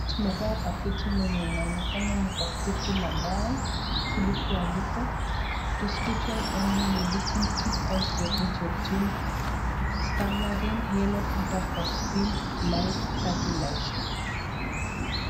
Tumepewa pakiti lenye linaonekana ni pakiti la dawa vilivyoandikwa prescription only medicine keep out of reach of children Stamarine yellow fever vaccine life stabilised .